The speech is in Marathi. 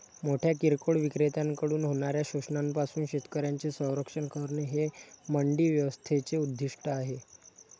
मोठ्या किरकोळ विक्रेत्यांकडून होणाऱ्या शोषणापासून शेतकऱ्यांचे संरक्षण करणे हे मंडी व्यवस्थेचे उद्दिष्ट आहे